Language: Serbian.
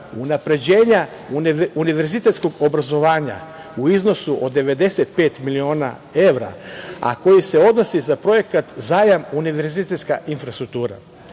unapređenje univerzitetskog obrazovanja u iznosu od 95 miliona evra, a koji se odnosi za projekat zajam - univerzitetska infrastruktura. Potvrđivanjem